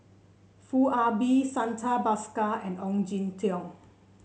Foo Ah Bee Santha Bhaskar and Ong Jin Teong